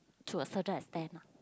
to a certain extent ah